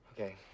okay